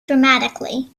dramatically